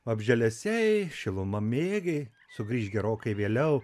vabzdžialesiai šilumamėgiai sugrįš gerokai vėliau